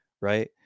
right